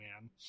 Man